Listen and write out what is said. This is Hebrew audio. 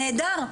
נהדר,